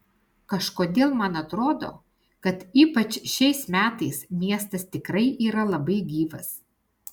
kažkodėl mano atrodo kad ypač šiais metais miestas tikrai yra labai gyvas